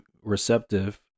receptive